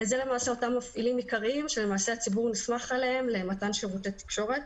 אלה למעשה אותם מפעילים עיקריים שהציבור נסמך עליהם למתן שירותי תקשורת